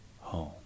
home